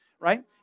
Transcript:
Right